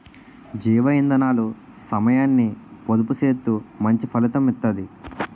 జీవ ఇందనాలు సమయాన్ని పొదుపు సేత్తూ మంచి ఫలితం ఇత్తది